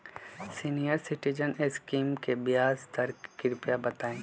senior citizen scheme के ब्याज दर कृपया बताईं